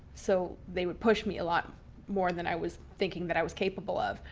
so they would push me a lot more than i was thinking that i was capable of.